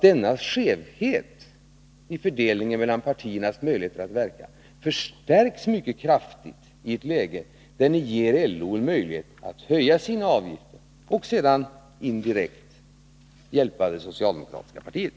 Denna skevhet vid fördelningen mellan partiernas möjligheter att verka förstärks mycket kraftigt i ett läge där ni ger LO en möjlighet att höja sina avgifter och sedan indirekt hjälpa det socialdemokratiska partiet.